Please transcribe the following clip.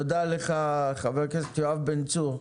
תודה לך, חבר הכנסת יואב בן צור.